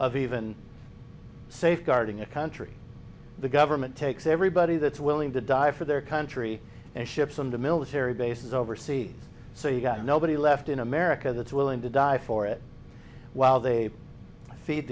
of even safeguarding a country the government takes everybody that's willing to die for their country and ship them to military bases overseas so you've got nobody left in america that's willing to die for it while they feed